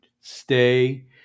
stay